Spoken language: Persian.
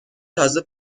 تازه